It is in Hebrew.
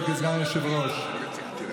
כשפוגעים ביושב-ראש הכנסת זה אירוע חריג.